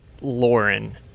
lauren